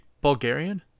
bulgarian